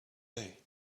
day